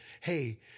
hey